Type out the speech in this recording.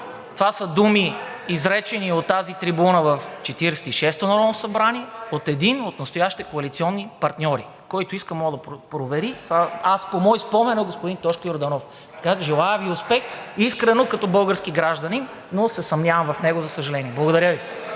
Това са думи, изречени от тази трибуна в Четиридесет и шестото народно събрание от един от настоящите коалиционни партньори. Който иска, може да провери. По мой спомен – господин Тошко Йорданов. Желая Ви успех искрено като български гражданин, но се съмнявам в него, за съжаление. Благодаря Ви.